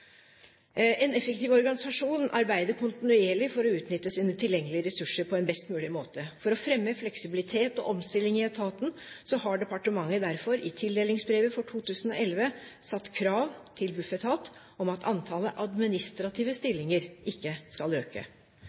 En effektiv organisasjon arbeider kontinuerlig for å utnytte sine tilgjengelige ressurser på en best mulig måte. For å fremme fleksibilitet og omstilling i etaten har departementet derfor i tildelingsbrevet for 2011 satt krav til Bufetat om at antallet administrative stillinger ikke skal øke.